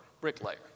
bricklayer